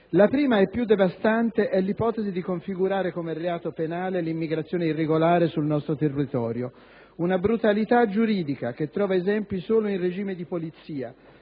La prima, e più devastante, è l'ipotesi di configurare come reato penale l'immigrazione irregolare sul nostro territorio: una brutalità giuridica che trova esempi solo in regimi di polizia,